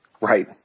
Right